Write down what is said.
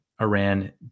Iran